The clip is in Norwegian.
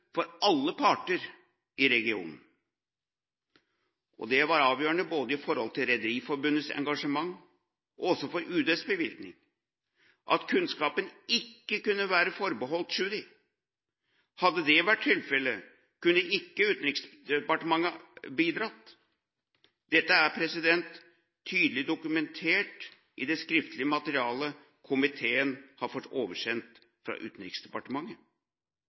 for alle parter i regionen, og det var avgjørende både i forhold til Rederiforbundets engasjement og for UDs bevilgning at kunnskapen ikke kunne være forbeholdt Tschudi. Hadde det vært tilfellet, kunne ikke Utenriksdepartementet bidratt. Dette er tydelig dokumentert i det skriftlige materialet komiteen har fått oversendt fra Utenriksdepartementet.